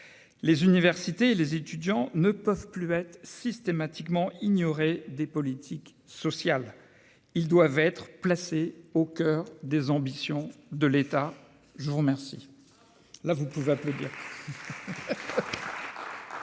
Les universités et les étudiants ne peuvent plus être systématiquement ignorés des politiques sociales. Ils doivent être placés au coeur des ambitions de l'État. La parole